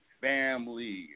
family